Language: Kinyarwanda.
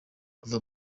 kuva